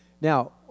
now